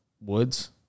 woods